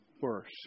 worse